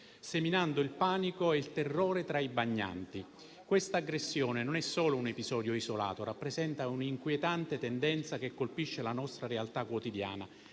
seminando il panico e il terrore tra i bagnanti. Questa aggressione non è un episodio isolato, ma rappresenta un'inquietante tendenza che colpisce la nostra realtà quotidiana.